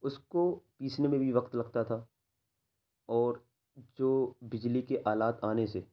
اس کو پیسنے میں بھی وقت لگتا تھا اور جو بجلی کے آلات آنے سے